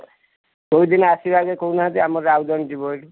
କେଉଁଦିନ ଆସିବେ ଆଗେ କହୁନାହାଁନ୍ତି ଆମର ଆଉ ଜଣେ ଯିବ ଏଇଠୁ